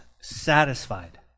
satisfied